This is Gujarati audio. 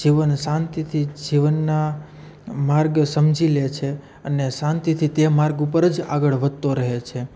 જીવન શાંતિથી જીવનના માર્ગ સમજી લે છે અને શાંતિથી તે માર્ગ ઉપર જ આગળ વધતો રહે છે